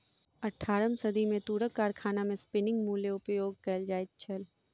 अट्ठारम सदी मे तूरक कारखाना मे स्पिन्निंग म्यूल उपयोग कयल जाइत छल